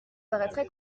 paraîtrait